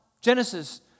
Genesis